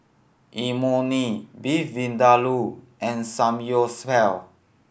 Imoni Beef Vindaloo and Samgyeopsal